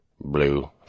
blue